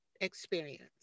experience